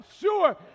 sure